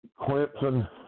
Clemson